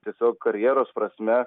tiesiog karjeros prasme